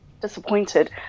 disappointed